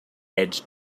edge